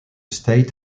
state